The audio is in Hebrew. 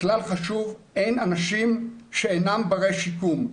כלל חשוב, אין אנשים שאינם ברי שיקום.